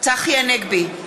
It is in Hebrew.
צחי הנגבי,